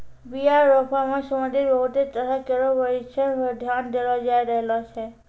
बीया रोपै सें संबंधित बहुते तरह केरो परशिक्षण पर ध्यान देलो जाय रहलो छै